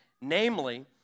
Namely